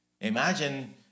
Imagine